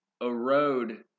erode